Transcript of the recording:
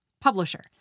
publisher